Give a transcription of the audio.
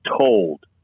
told